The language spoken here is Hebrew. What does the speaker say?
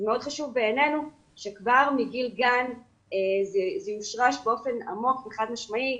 מאוד חשוב בעיננו שכבר מגיל גן זה יושרש באופן עמוק וחד משמעי,